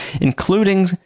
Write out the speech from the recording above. including